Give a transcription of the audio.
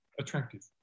attractive